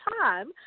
time